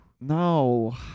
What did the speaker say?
no